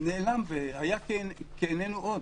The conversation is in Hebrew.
נעלם ואיננו עוד.